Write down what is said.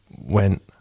went